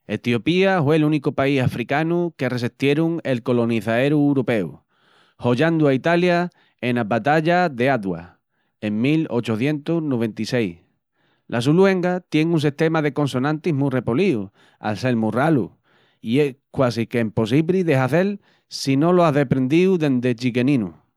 Etiopía hue'l únicu país africanu que resestierun el colonizaeru uropeu, hollandu a Italia ena Batalla de Adwa en 1896. La su luenga tien un sestema de consonantis mu repolíu al sel mu ralu i es quasique empossibri de hazel si no lo as deprendí dendi chiqueninu.